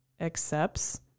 accepts